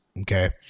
okay